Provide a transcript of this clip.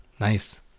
Nice